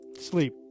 Sleep